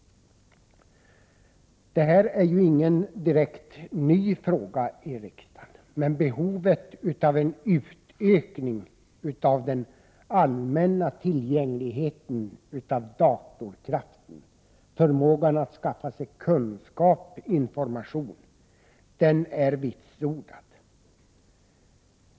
Denna fråga är inte precis ny i riksdagen, men behovet av en utökning av den allmänna tillgängligheten till datorkraften och förmågan att skaffa kunskaper och information är vitsordad.